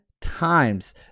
times